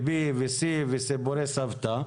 B ו-C וסיפורי סבתא.